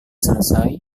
selesai